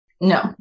no